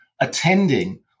attending